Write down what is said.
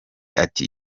ati